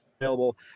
available